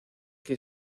que